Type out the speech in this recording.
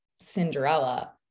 Cinderella